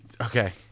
Okay